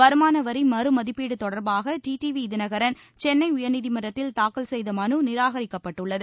வருமான வரி மறு மதிப்பீடு தொடர்பாக T T V Dhinakaran Chennai உயர்நீதிமன்றத்தில் தாக்கல் செய்த மனு நிராகரிக்கப்பட்டுள்ளது